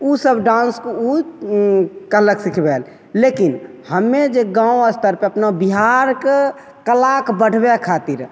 ओसब डान्सके ओ कहलक सिखबैले लेकिन हमे जे गाम अस्तरपर अपना बिहारके कलाके बढ़बै खातिर